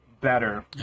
better